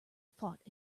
fought